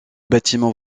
bâtiments